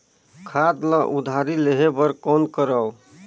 खाद ल उधारी लेहे बर कौन करव?